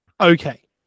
okay